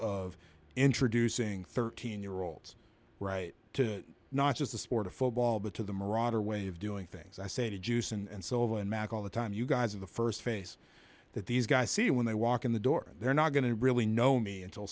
of introducing thirteen year olds right to not just the sport of football but to the marauder way of doing things i say to juice and so and back all the time you guys are the first face that these guys see when they walk in the door they're not going to really know me until